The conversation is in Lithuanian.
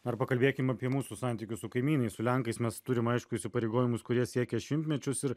ar pakalbėkim apie mūsų santykius su kaimynais su lenkais mes turim aišku įsipareigojimus kurie siekia šimtmečius ir